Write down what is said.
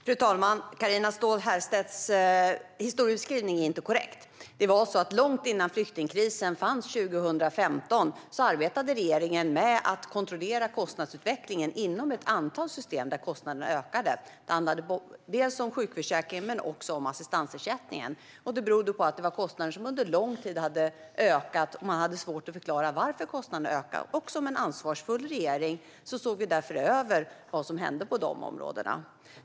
Fru talman! Carina Ståhl Herrstedts historieskrivning är inte korrekt. Långt före flyktingkrisen 2015 arbetade regeringen med att kontrollera kostnadsutvecklingen inom ett antal system där kostnaderna ökade. Det handlade bland annat om sjukförsäkringen och om assistansersättningen. Det berodde på att kostnaderna under lång tid hade ökat och att man hade svårt att förklara varför kostnaderna hade ökat. Som en ansvarsfull regering såg vi därför över vad som hände på dessa områden.